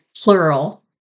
plural